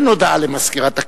אין הודעה למזכירת הכנסת.